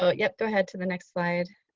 so, yeah go ahead to the next slide.